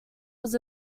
was